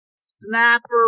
snapper